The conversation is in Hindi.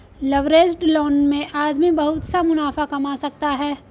लवरेज्ड लोन में आदमी बहुत सा मुनाफा कमा सकता है